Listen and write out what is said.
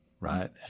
right